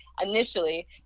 initially